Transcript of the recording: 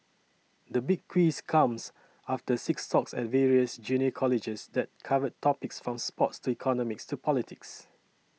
the Big Quiz comes after six talks at various junior colleges that covered topics from sports to economics to politics